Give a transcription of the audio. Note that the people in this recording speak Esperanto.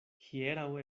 hieraŭ